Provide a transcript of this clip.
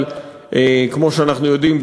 כמו שאנחנו יודעים,